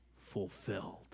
fulfilled